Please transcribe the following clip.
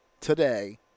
today